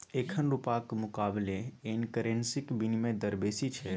एखन रुपाक मुकाबले येन करेंसीक बिनिमय दर बेसी छै